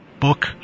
book